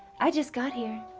i just got here.